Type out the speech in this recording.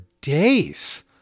days